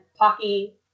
hockey